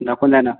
दाखवून द्या ना